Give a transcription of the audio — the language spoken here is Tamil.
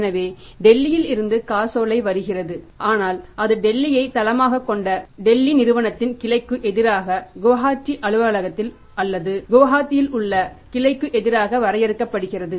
எனவே டெல்லியில் இருந்து காசோலை வருகிறது ஆனால் அது டெல்லியை தளமாகக் கொண்ட டெல்லி நிறுவனத்தின் கிளைக்கு எதிராக குவாஹாட்டி அலுவலகத்தில் அல்லது குவஹாத்தியில் உள்ள கிளைக்கு எதிராக வரையப்படுகிறது